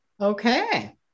okay